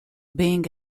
being